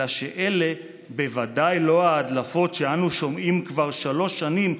אלא שאלה בוודאי לא ההדלפות שאנו שומעים כבר שלוש שנים,